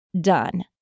done